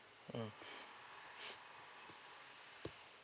mm